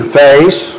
face